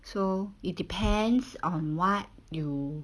so it depends on what you